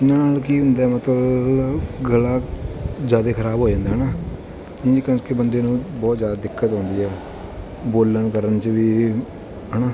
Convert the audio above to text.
ਇਹਨਾਂ ਨਾਲ ਕੀ ਹੁੰਦਾ ਮਤਲਬ ਗਲਾ ਜ਼ਿਆਦਾ ਖਰਾਬ ਹੋ ਜਾਂਦਾ ਹੈ ਨਾ ਇਸ ਕਰਕੇ ਬੰਦੇ ਨੂੰ ਬਹੁਤ ਜ਼ਿਆਦਾ ਦਿੱਕਤ ਆਉਂਦੀ ਹੈ ਬੋਲਣ ਕਰਨ 'ਚ ਵੀ ਹੈ ਨਾ